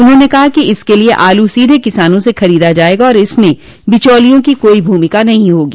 उन्होंने कहा कि इसके लिए आलू सीधे किसानों से खरीदा जायेगा और इसमें बिचौलियों की कोई भूमिका नहीं होगी